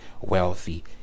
wealthy